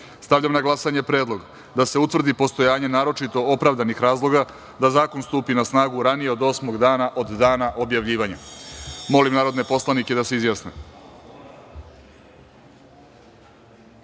na glasanje Predlog da se utvrdi postojanje naročito opravdanih razloga da zakon stupi na snagu ranije od osmog dana od dana objavljivanja. Molim narodne poslanike da se